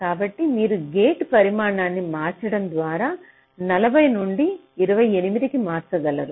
కాబట్టి మీరు గేట్ పరిమాణాన్ని మార్చడం ద్వారా డిలే 40 నుండి 28 కి మార్చగలరు